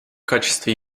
качестве